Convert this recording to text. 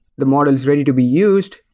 the model is ready to be used,